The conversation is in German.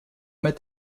mit